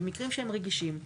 במקרים שהם רגישים,